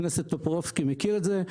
הכנסת טופורובסקי מכיר את זה.